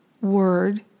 word